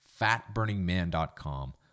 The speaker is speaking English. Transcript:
fatburningman.com